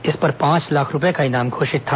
इस पर पांच लाख रूपये का इनाम घोषित था